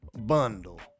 bundle